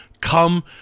come